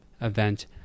event